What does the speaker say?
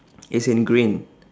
is in green